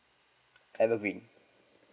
ever green